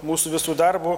mūsų visų darbu